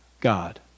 God